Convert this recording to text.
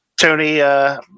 Tony